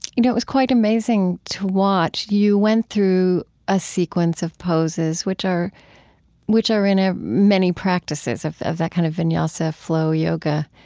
you know it was quite amazing to watch. you went through a sequence of poses, which are which are in ah many practices of of that kind of vinyasa flow yoga,